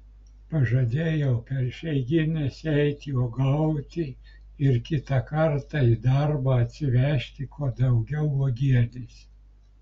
pažadėjau per išeigines eiti uogauti ir kitą kartą į darbą atsivežti kuo daugiau uogienės